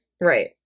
Right